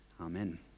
Amen